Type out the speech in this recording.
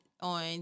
on